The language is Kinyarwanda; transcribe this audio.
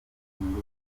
bigomba